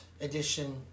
edition